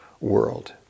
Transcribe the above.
world